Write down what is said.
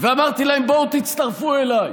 ואמרתי להם: בואו תצטרפו אליי.